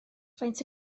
faint